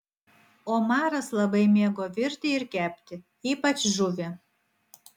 omaras labai mėgo virti ir kepti ypač žuvį